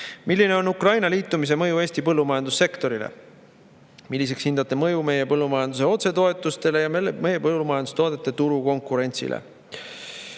Milline on Ukraina liitumise mõju Eesti põllumajandussektorile? Milliseks hindate mõju meie põllumajanduse otsetoetustele ja meie põllumajandustoodete turukonkurentsile?